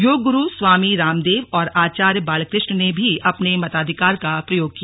योग गुरु स्वामी रामदेव और आचार्य बालकृष्ण ने भी अपने मताधिकार का प्रयोग किया